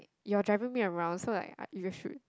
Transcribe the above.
you are driving me around so like I you should